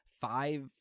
five